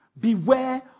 Beware